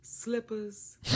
Slippers